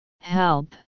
Help